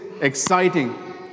exciting